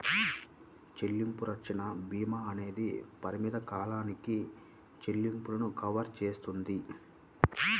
చెల్లింపు రక్షణ భీమా అనేది పరిమిత కాలానికి చెల్లింపులను కవర్ చేస్తుంది